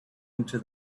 into